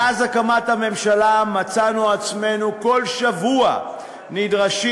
מאז הקמת הממשלה מצאנו עצמנו כל שבוע נדרשים